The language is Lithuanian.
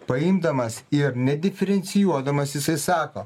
paimdamas ir nediferencijuodamas jisai sako